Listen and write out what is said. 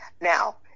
Now